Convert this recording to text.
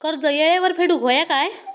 कर्ज येळेवर फेडूक होया काय?